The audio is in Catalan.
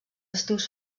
estius